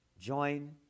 Join